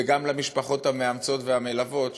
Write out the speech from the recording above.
וגם למשפחות המאמצות והמלוות,